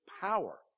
power